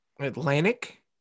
Atlantic